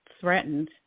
threatened